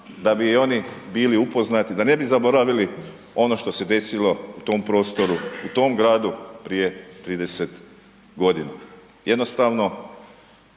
da bi i oni bili upoznati, da ne bi zaboravili ono što se desilo u tom prostoru, u tom Gradu prije trideset godina. Jednostavno